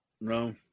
No